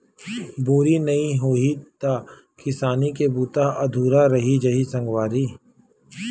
बोरी नइ होही त किसानी के बूता ह अधुरा रहि जाही सगवारी